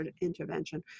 intervention